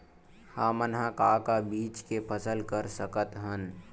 हमन ह का का बीज के फसल कर सकत हन?